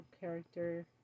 character